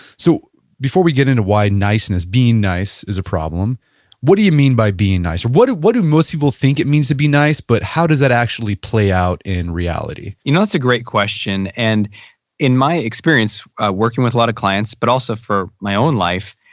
so before we get into why niceness, being nice is a problem what do you mean by being nice? what do what do most people think it means to be nice but how does that actually play out in reality? you know it's a great question. and in my experience working with a lot of clients, but also for my own life,